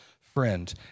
friend